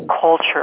culture